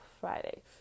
Friday